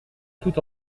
tout